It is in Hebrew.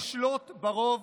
שהתרגל לשלוט ברוב,